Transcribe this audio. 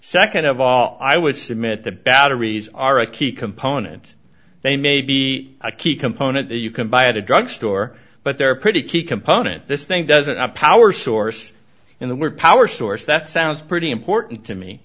second of all i would submit the batteries are a key component they may be a key component that you can buy at a drugstore but they're pretty key component this thing does it a power source in the word power source that sounds pretty important to